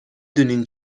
دونین